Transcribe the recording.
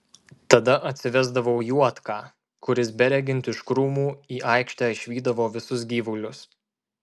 tada atsivesdavau juodką kuris beregint iš krūmų į aikštę išvydavo visus gyvulius